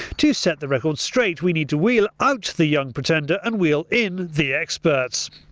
to set the record straight we need to wheel out the young pretender and wheel in the experts.